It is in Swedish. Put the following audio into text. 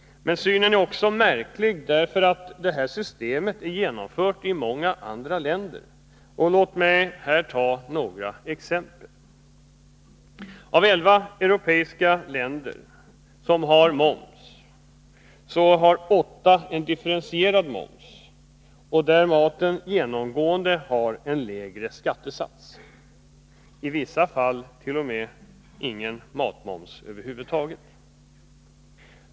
Men synsättet är också märkligt, om man beaktar det faktum att detta system är genomfört i många andra länder. Låt mig här anföra några exempel. Av elva europeiska länder som har moms har åtta differentierad moms, och i de länderna är det genomgående en lägre skattesats för maten. I vissa fall har man t.o.m. ingen matmoms över huvud taget.